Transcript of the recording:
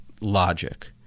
logic